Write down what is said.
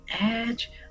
edge